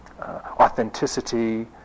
authenticity